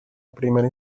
primera